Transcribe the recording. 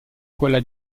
quella